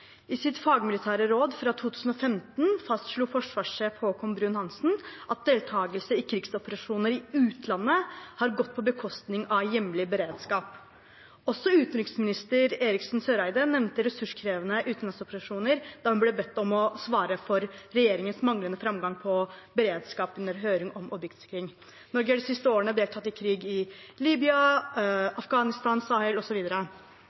I sitt fagmilitære råd fra 2015 fastslo forsvarssjef Haakon Bruun-Hanssen at deltakelse i krigsoperasjoner i utlandet har gått på bekostning av hjemlig beredskap. Også utenriksminister Eriksen Søreide nevnte ressurskrevende utenlandsoperasjoner da hun ble bedt om å svare for regjeringens manglende framgang på beredskap under høringen om objektsikring. Norge har de siste årene deltatt i krig i Libya, Afghanistan, Sahel